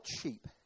cheap